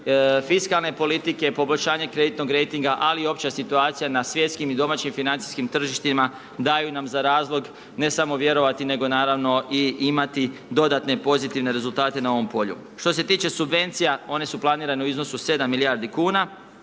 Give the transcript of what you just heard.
fiskalne politike i poboljšanje kreditnog rejtinga, ali i opća situacija na svjetskim i domaćim, financijskim tržištima, daju nama za razlog, ne samo vjerovati, nego naravno imati i dodatne pozitivne rezultate na ovom polju. Što se tiče subvencija one su planirane u iznosu od 7 milijardi kn.